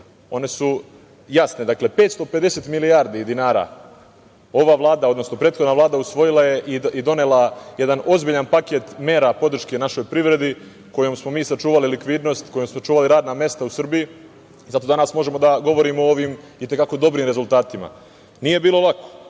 one su jasne. Dakle, 550 milijardi dinara ova Vlada, odnosno prethodna Vlada usvojila je i donela jedan ozbiljan paket mera podrške našoj privredi kojom smo mi sačuvali likvidnost, kojom smo sačuvali radna mesta u Srbiji. Zato danas možemo da govorimo o ovim i te kako dobrim rezultatima. Nije bilo lako.